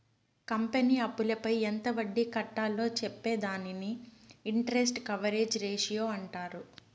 company అప్పులపై ఎంత వడ్డీ కట్టాలో చెప్పే దానిని ఇంటరెస్ట్ కవరేజ్ రేషియో అంటారు